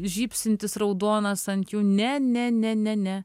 žybsintis raudonas ant jų ne ne ne ne ne